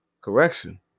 correction